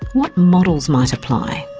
what models might apply?